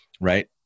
right